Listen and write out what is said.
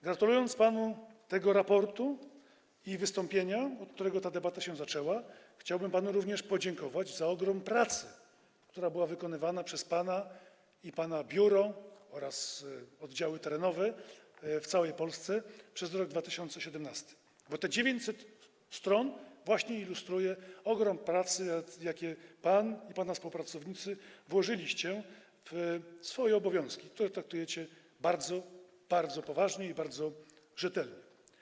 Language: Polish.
Gratulując panu tego raportu i wystąpienia, od którego ta debata się zaczęła, chciałbym panu również podziękować za ogrom pracy, która była wykonywana przez pana i pana biuro oraz oddziały terenowe w całej Polsce przez rok 2017, bo te 900 stron właśnie ilustruje ogrom pracy, jaką pan i pana współpracownicy włożyliście w wykonywanie swoich obowiązków, które traktujecie bardzo, bardzo poważnie i bardzo rzetelnie.